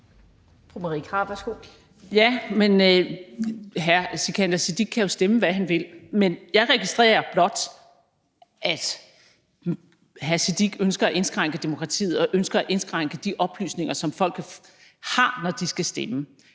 Ja, hr. Sikandar Siddique kan jo stemme, hvad han vil, men jeg registrerer blot, at hr. Sikandar Siddique ønsker at indskrænke demokratiet og ønsker at indskrænke de oplysninger, som folk kan få, når de skal stemme.